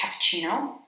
Cappuccino